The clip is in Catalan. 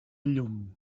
llum